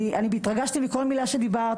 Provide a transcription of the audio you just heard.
אני התרגשתי מכל מילה שדיברת,